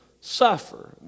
suffer